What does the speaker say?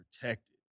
protected